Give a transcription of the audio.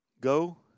Go